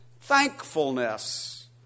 thankfulness